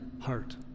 heart